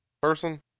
person